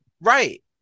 Right